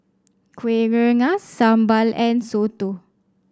Kuih Rengas sambal and soto